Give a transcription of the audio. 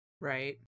Right